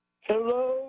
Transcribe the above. Hello